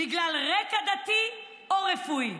בגלל רקע דתי או רפואי.